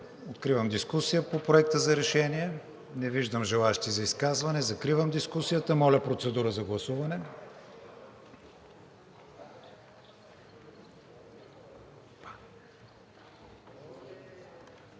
Откривам дискусия по Проекта за решение. Не виждам желаещи за изказване. Закривам дискусията. Моля, процедура за гласуване.